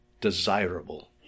desirable